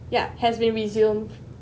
ya has been resumed